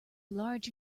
large